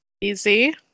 easy